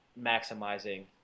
maximizing